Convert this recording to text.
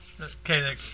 okay